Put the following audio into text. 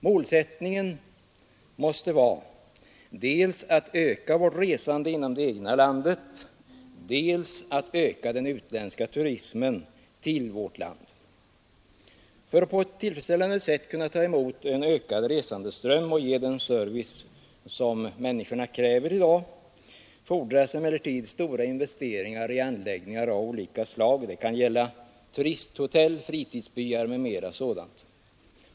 Målsättningen måste vara dels att öka vårt resande inom det egna landet, dels att öka den utländska turismen till vårt land. För att på ett tillfredsställande sätt kunna ta emot en ökad resandeström och ge den service som människorna kräver i dag fordras emellertid stora investeringar i anläggningar av olika slag. Det kan gälla turisthotell, fritidsbyar m.m. sådant.